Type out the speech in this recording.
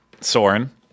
Soren